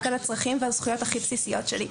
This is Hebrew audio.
על הצרכים ועל הזכויות הכי בסיסיות שלי.